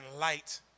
light